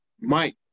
Mike